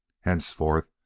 Henceforth